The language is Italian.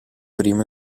prima